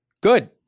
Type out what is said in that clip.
good